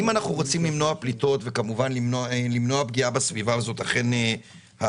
אם אנחנו רוצים למנוע פליטות ולמנוע פגיעה בסביבה וזאת אכן המגמה,